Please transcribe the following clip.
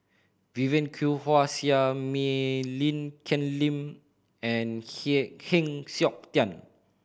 Vivien Quahe Seah Mei Lin Ken Lim and Heng Siok Tian